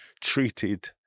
treated